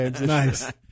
Nice